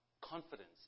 confidence